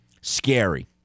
Scary